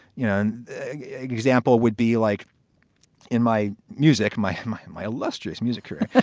you know, an example would be like in my music, my my and my illustrious music career.